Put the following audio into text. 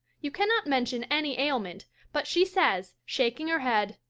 you cannot mention any ailment but she says, shaking her head,